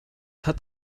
hat